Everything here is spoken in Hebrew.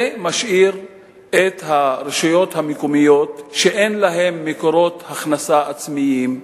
זה משאיר את הרשויות המקומיות שאין להן מקורות הכנסה עצמיים,